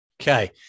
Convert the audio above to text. Okay